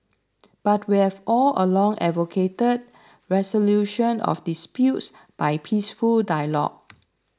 but we have all along advocated resolution of disputes by peaceful dialogue